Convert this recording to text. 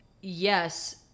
yes